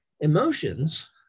emotions